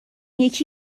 یکی